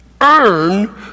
earn